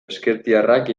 ezkertiarrak